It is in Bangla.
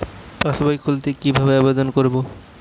পাসবই খুলতে কি ভাবে আবেদন করব?